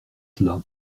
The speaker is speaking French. cela